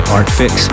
Artfix